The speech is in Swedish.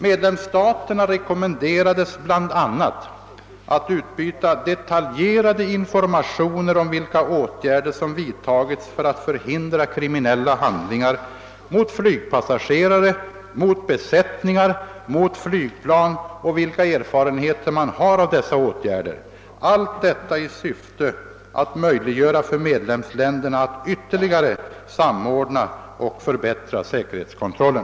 Medlemsstaterna rekommenderas bl.a. att utbyta detaljerade informationer om vilka åtgärder som vidtagits för att förhindra kriminella handlingar mot flygpassagerare, besättningar och flygplan och om vilka erfarenheter man har av dessa åtgärder — allt i syfte att möjliggöra för medlemsländerna att ytterligare samordna och förbättra säkerhetskontrollen.